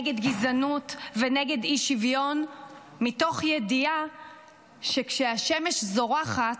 נגד גזענות ונגד אי-שוויון מתוך ידיעה שכשהשמש זורחת,